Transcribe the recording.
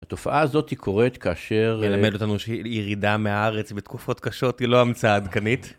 התופעה הזאתי קורית כאשר... היא מלמדת אותנו שהיא ירידה מהארץ בתקופות קשות היא לא המצאה עדכנית.